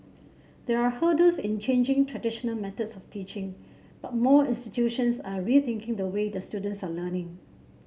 there are hurdles in changing traditional methods of teaching but more institutions are rethinking the way their students are learning